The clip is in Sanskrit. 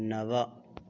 नव